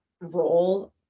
role